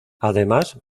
además